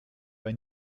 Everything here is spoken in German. bei